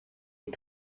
est